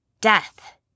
death